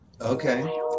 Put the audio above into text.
Okay